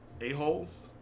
a-holes